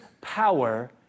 power